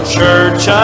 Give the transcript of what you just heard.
Church